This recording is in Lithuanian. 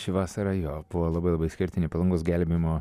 ši vasara jo buvo labai labai išskirtinė palangos gelbėjimo